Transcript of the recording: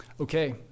Okay